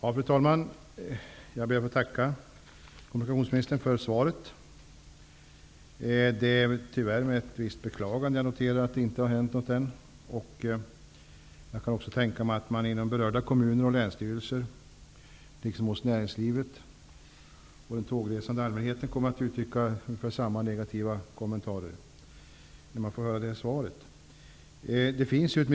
Fru talman! Jag ber att få tacka kommunikationsministern för svaret. Det är tyvärr med ett visst beklagande som jag noterar att det ännu inte har hänt någonting i den här frågan. Jag kan också tänka mig att man inom berörda kommuner och länsstyrelser liksom inom näringslivet och bland den tågresande allmänheten kommer att uttrycka ungefär samma negativa kommentarer när man får höra det här svaret.